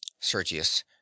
Sergius